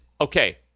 okay